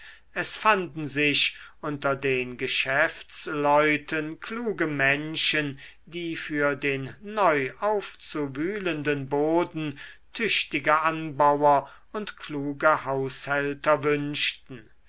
es fanden sich unter den geschäftsleuten kluge menschen die für den neu aufzuwühlenden boden tüchtige anbauer und kluge haushälter wünschten